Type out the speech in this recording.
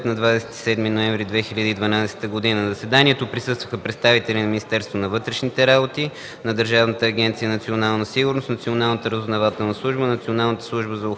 на 27 ноември 2012 г. На заседанието присъстваха представители на Министерството на вътрешните работи, на Държавната агенция „Национална сигурност”, на Националната разузнавателна служба, на Националната служба за охрана